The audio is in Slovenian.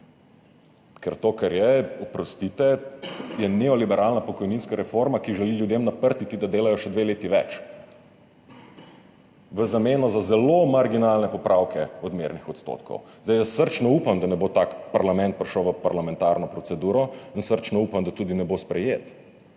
Ker to, kar je, oprostite, je neoliberalna pokojninska reforma, ki želi ljudem naprtiti, da delajo še dve leti več v zameno za zelo marginalne popravke odmernih odstotkov. Jaz srčno upam, da ne bo prišel v parlamentarno proceduro, in srčno upam, da tudi ne bo sprejet.